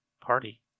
party